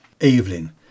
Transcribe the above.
Evelyn